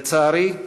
לצערי,